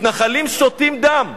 מתנחלים שותים דם.